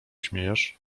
śmiejesz